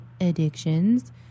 addictions